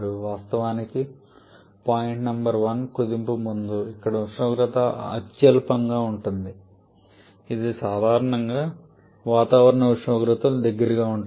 వాస్తవానికి point number 1 కుదింపుకు ముందు ఇక్కడ ఉష్ణోగ్రత అత్యల్పంగా ఉంటుంది ఇది సాధారణంగా వాతావరణ ఉష్ణోగ్రతకు దగ్గరగా ఉంటుంది